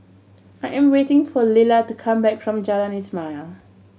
I am waiting for Lilla to come back from Jalan Ismail